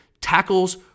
tackles